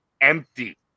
empty